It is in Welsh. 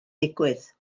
digwydd